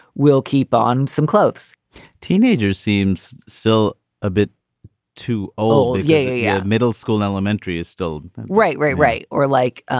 we'll keep on some clothes teenagers seems still a bit too old. yay! yeah middle school elementary is still right. right. right. or like. ah